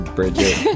Bridget